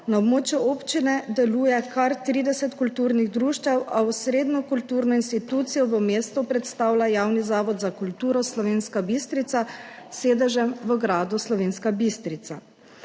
Na območju občine deluje kar trideset kulturnih društev, a osrednjo kulturno institucijo v mestu predstavlja javni Zavod za kulturo Slovenska Bistrica s sedežem v gradu Slovenska Bistrica.